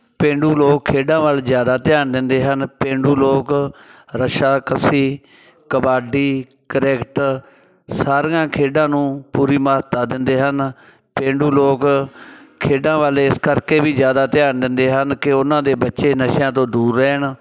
ਪੇਂਡੂ ਲੋਕ ਖੇਡਾਂ ਵੱਲ ਜ਼ਿਆਦਾ ਧਿਆਨ ਦਿੰਦੇ ਹਨ ਪੇਂਡੂ ਲੋਕ ਰੱਸਾ ਕੱਸੀ ਕਬੱਡੀ ਕ੍ਰਿਕਟ ਸਾਰੀਆਂ ਖੇਡਾਂ ਨੂੰ ਪੂਰੀ ਮਹੱਤਤਾ ਦਿੰਦੇ ਹਨ ਪੇਂਡੂ ਲੋਕ ਖੇਡਾਂ ਵਾਲੇ ਇਸ ਕਰਕੇ ਵੀ ਜ਼ਿਆਦਾ ਧਿਆਨ ਦਿੰਦੇ ਹਨ ਕਿ ਉਹਨਾਂ ਦੇ ਬੱਚੇ ਨਸ਼ਿਆਂ ਤੋਂ ਦੂਰ ਰਹਿਣ